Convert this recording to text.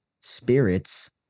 spirits